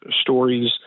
stories